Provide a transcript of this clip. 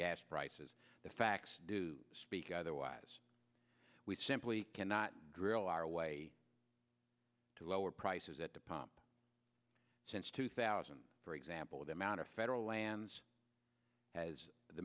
gas prices the facts do speak otherwise we simply cannot drill our way to lower prices at the pump since two thousand for example the amount of federal lands as